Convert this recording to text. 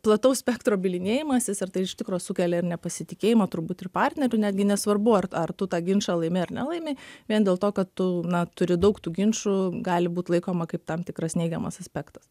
plataus spektro bylinėjimasis ir tai iš tikro sukelia nepasitikėjimą turbūt ir partneriu netgi nesvarbu ar ar tu tą ginčą laimi ar nelaimi vien dėl to kad tu na turi daug tų ginčų gali būt laikoma kaip tam tikras neigiamas aspektas